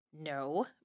No